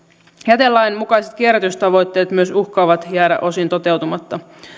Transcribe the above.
jätelain mukaiset kierrätystavoitteet myös uhkaavat jäädä osin toteutumatta